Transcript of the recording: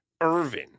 Irvin